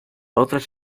otras